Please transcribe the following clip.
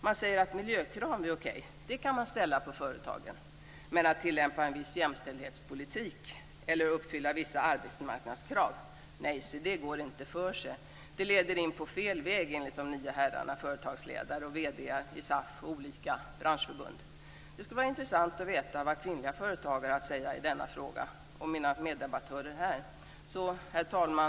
Man säger att miljökrav är okej - sådana kan man ställa på företaget - men att tillämpa en viss jämställdhetspolitik eller att uppfylla vissa arbetsmarknadskrav, nej, se det går inte för sig, det leder in på fel väg, enligt de nio herrarna, företagsledare och vd:ar i SAF och olika branschförbund. Herr talman! Det skulle vara intressant att veta vad kvinnliga företagare och mina meddebattörer här har att säga i denna fråga.